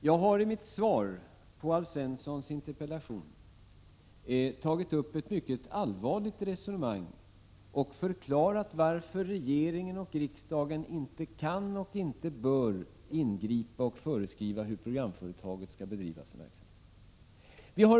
Jag har i mitt svar på Alf Svenssons interpellation tagit upp ett mycket allvarligt resonemang och förklarat varför regeringen och riksdagen inte kan — och inte bör - ingripa och föreskriva hur programföretaget skall bedriva sin verksamhet.